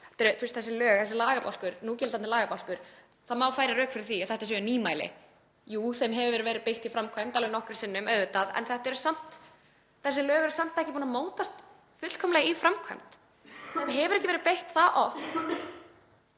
fáránlegt. Þessi lög, núgildandi lagabálkur — það má færa rök fyrir því að þetta séu nýmæli. Jú, þeim hefur verið beitt í framkvæmd alveg nokkrum sinnum auðvitað. En þessi lög eru samt ekki búin að mótast fullkomlega í framkvæmd, þeim hefur ekki verið beitt það oft